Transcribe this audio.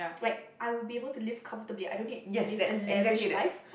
like I would be able to live comfortably I don't need to live a lavish life